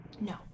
No